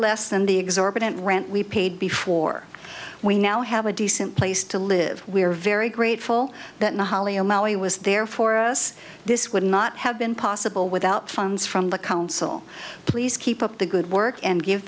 less than the exorbitant rent we paid before we now have a decent place to live we are very grateful that mohali o'malley was there for us this would not have been possible without funds from the council please keep up the good work and give